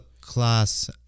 class